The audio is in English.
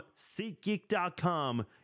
SeatGeek.com